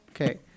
Okay